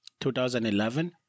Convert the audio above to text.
2011